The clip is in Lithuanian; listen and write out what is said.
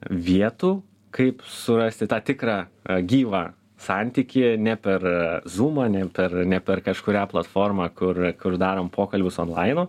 vietų kaip surasti tą tikrą gyvą santykį ne per zūmą ne per ne per kažkurią platformą kur kur darom pokalbius onlainu